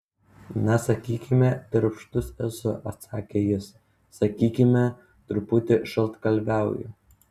na sakykime darbštus esu atsakė jis sakykime truputį šaltkalviauju